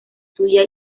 suya